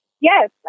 Yes